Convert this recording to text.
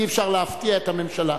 אי-אפשר להפתיע את הממשלה.